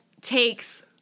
takes